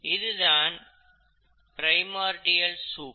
இதுதான் primordial soup